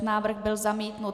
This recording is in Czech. Návrh byl zamítnut.